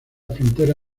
frontera